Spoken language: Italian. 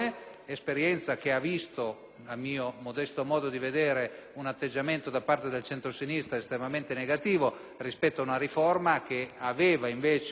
Grazie